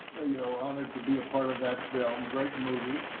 ah you know, honored to be a part of that film. great movie.